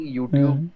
YouTube